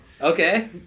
Okay